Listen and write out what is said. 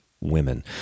women